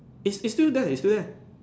is is still there is still there